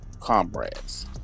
comrades